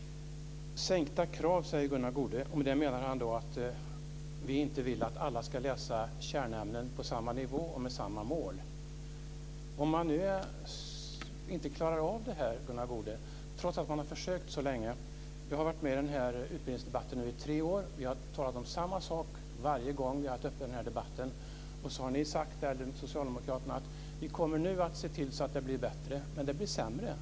Sänkta krav, säger Gunnar Goude, och med det menar han att vi inte vill att alla ska läsa kärnämnen på samma nivå och med samma mål. Men hur är det om man nu inte klarar av det här trots att man har försökt så länge? Jag har varit med i den här utbildningsdebatten i tre år nu, och vi har talat om samma sak varje gång. Socialdemokraterna har sagt att "vi kommer nu att se till att det blir bättre". Men det blir sämre.